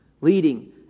leading